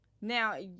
Now